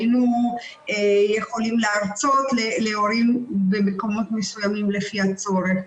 היינו יכולים להרצות להורים במקומות מסוימים לפי הצורך.